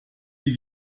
die